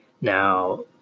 Now